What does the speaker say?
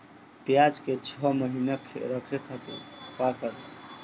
प्याज के छह महीना रखे खातिर का करी?